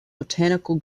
botanical